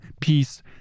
peace